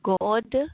God